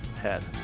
head